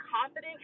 confident